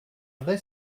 vrai